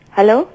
Hello